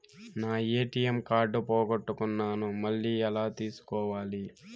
నా ATM card పోగొట్టుకున్నాను, మళ్ళీ ఎలా తీసుకోవాలి?